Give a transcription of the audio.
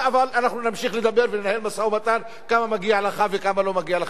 אבל אנחנו נמשיך לדבר ולנהל משא-ומתן כמה מגיע לך וכמה לא מגיע לך?